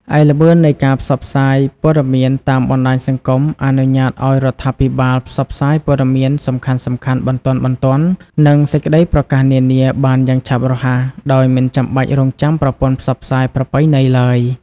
ឯល្បឿននៃការផ្សព្វផ្សាយព័ត៌មានតាមបណ្ដាញសង្គមអនុញ្ញាតឱ្យរដ្ឋាភិបាលផ្សព្វផ្សាយព័ត៌មានសំខាន់ៗ បន្ទាន់ៗ និងសេចក្ដីប្រកាសនានាបានយ៉ាងឆាប់រហ័ស ដោយមិនចាំបាច់រង់ចាំប្រព័ន្ធផ្សព្វផ្សាយប្រពៃណីឡើយ។